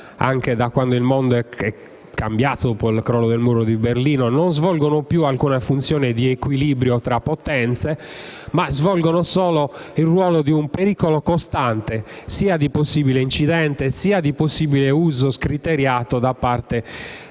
anche da quando il mondo è cambiato dopo il crollo del muro di Berlino, alcuna funzione di equilibrio tra potenze, ma costituiscono soltanto un pericolo costante sia di possibile incidente, sia di possibile uso scriteriato da parte del